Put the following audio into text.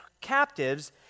captives